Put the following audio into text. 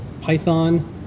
Python